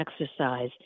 exercise